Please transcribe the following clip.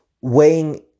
weighing